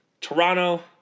Toronto